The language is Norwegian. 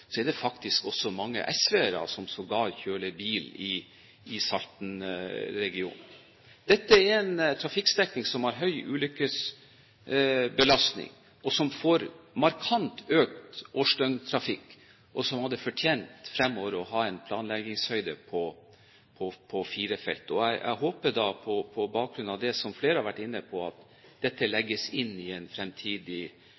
Så vidt jeg har lokal erfaring fra, er det faktisk også mange SV-ere som sågar kjører bil i Salten-regionen. Dette er en trafikkstrekning som har høy ulykkesbelastning, som får markant økt årsdøgntrafikk, og som fremover hadde fortjent å ha en planleggingshøyde på fire felt. Jeg håper da på bakgrunn av det som flere har vært inne på, at dette